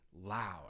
loud